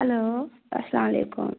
hello اسلام علیکُم